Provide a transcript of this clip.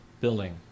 billing